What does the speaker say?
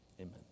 amen